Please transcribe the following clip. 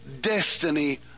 destiny